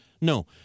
no